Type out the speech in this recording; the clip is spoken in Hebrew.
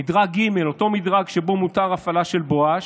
במדרג ג', אותו מדרג שבו מותר הפעלה של בואש,